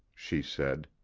she said.